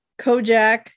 Kojak